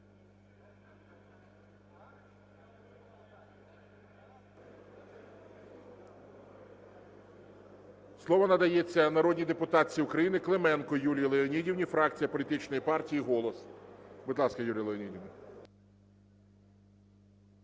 Слово надається народній депутатці України Клименко Юлії Леонідівні, фракція політичної партії "Голос". Будь ласка, Юлія Леонідівна.